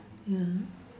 ya